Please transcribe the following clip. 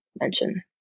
mention